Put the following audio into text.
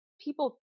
people